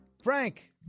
Frank